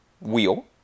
Wheel